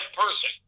person